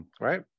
right